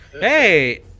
Hey